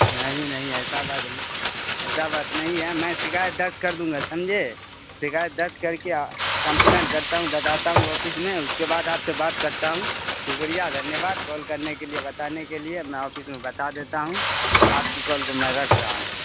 نہیں نہیں ایسا بات نہیں ایسا بات نہیں ہے میں شکایت درج کر دوں گا سمجھے شکایت درج کر کے کمپلین کرتا ہوں بتاتا ہوں آفس میں اس کے بعد آپ سے بات کرتا ہوں شکریہ دھنیہ واد کال کرنے کے لیے بتانے کے لیے میں آفس میں بتا دیتا ہوں آپ کے کال کو میں رکھ رہا ہوں